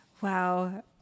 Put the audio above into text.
Wow